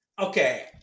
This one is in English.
Okay